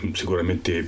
sicuramente